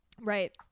Right